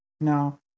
No